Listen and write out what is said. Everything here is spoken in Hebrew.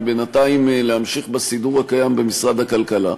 ובינתיים להמשיך בסידור הקיים במשרד הכלכלה.